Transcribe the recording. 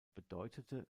bedeutete